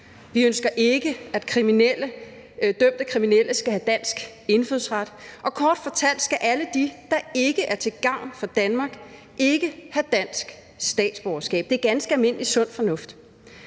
Vi ønsker ikke, at dømte kriminelle skal have dansk indfødsret, og kort fortalt skal alle de, der ikke er til gavn for Danmark, ikke have dansk statsborgerskab. Det er ganske almindelig sund fornuft.